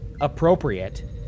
appropriate